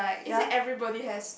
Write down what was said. is it everybody has